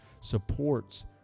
supports